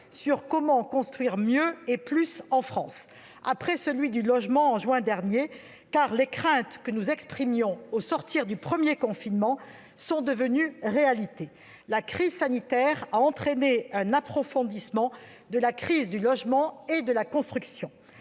« Comment construire plus et mieux en France ?» après celui qui avait été organisé sur le logement en juin dernier, car les craintes que nous exprimions au sortir du premier confinement sont devenues réalité. La crise sanitaire a entraîné un approfondissement de la crise du logement et de la construction.